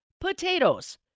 potatoes